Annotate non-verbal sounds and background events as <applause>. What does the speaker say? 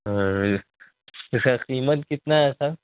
ہاں <unintelligible> اس کا قیمت کتنا ہے سر